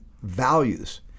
values